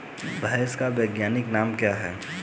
भैंस का वैज्ञानिक नाम क्या है?